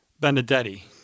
Benedetti